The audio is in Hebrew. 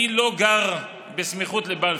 אני לא גר בסמיכות לבלפור.